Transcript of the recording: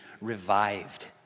revived